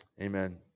Amen